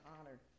honor